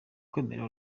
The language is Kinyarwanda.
kwemera